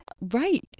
right